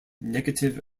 negative